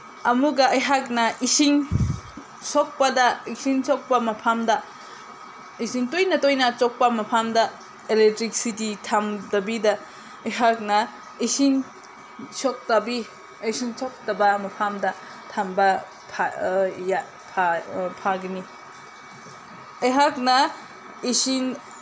ꯑꯃꯨꯛꯀ ꯑꯩꯍꯥꯛꯅ ꯏꯁꯤꯡ ꯁꯣꯛꯄꯗ ꯏꯁꯤꯡ ꯁꯣꯛꯄ ꯃꯐꯝꯗ ꯏꯁꯤꯡ ꯇꯣꯏꯅ ꯇꯣꯏꯅ ꯆꯣꯠꯄ ꯃꯐꯝꯗ ꯑꯦꯂꯦꯛꯇ꯭ꯔꯤꯁꯤꯇꯤ ꯊꯝꯗꯕꯤꯗ ꯑꯩꯍꯥꯛꯅ ꯏꯁꯤꯡ ꯁꯣꯛꯇꯕꯤ ꯏꯁꯤꯡ ꯆꯣꯠꯇꯕ ꯃꯐꯝꯗ ꯊꯝꯕ ꯐꯒꯅꯤ ꯑꯩꯍꯥꯛꯅ ꯏꯁꯤꯡ